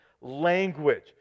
language